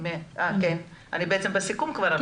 אני בסיכום כבר.